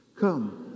Come